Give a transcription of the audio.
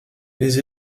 les